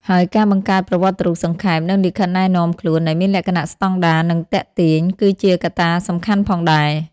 ហើយការបង្កើតប្រវត្តិរូបសង្ខេប និងលិខិតណែនាំខ្លួន ដែលមានលក្ខណៈស្តង់ដារ និងទាក់ទាញ ក៏ជាកត្តាសំខាន់ផងដែរ។